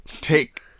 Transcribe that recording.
take